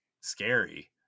scary